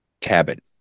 cabin